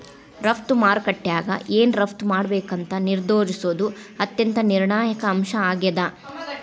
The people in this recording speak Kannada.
ರಫ್ತು ಮಾರುಕಟ್ಯಾಗ ಏನ್ ರಫ್ತ್ ಮಾಡ್ಬೇಕಂತ ನಿರ್ಧರಿಸೋದ್ ಅತ್ಯಂತ ನಿರ್ಣಾಯಕ ಅಂಶ ಆಗೇದ